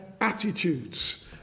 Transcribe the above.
attitudes